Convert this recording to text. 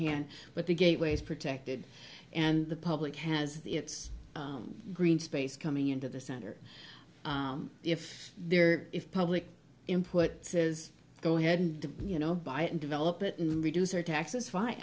can but the gateway is protected and the public has its green space coming into the center if there is public input says go ahead and you know buy it and develop it and reduce our taxes fi